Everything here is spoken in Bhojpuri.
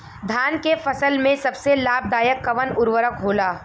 धान के फसल में सबसे लाभ दायक कवन उर्वरक होला?